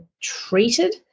treated